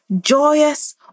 joyous